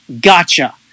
Gotcha